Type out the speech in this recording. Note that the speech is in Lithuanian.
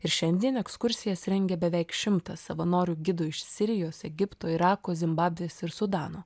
ir šiandien ekskursijas rengia beveik šimtas savanorių gidų iš sirijos egipto irako zimbabvės ir sudano